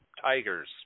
Tigers